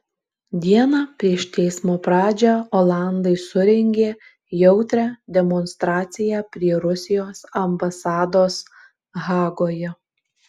dieną prieš teismo pradžią olandai surengė jautrią demonstraciją prie rusijos ambasados hagoje